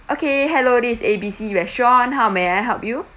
okay hello this is A B C restaurant how may I help you